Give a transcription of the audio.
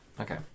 okay